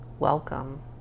Welcome